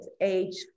age